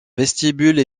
vestibule